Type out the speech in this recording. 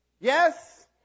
Yes